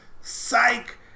Psych